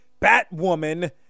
Batwoman